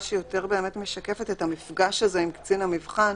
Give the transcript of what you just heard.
שיותר משקפת את המפגש הזה עם קצין מבחן,